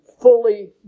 fully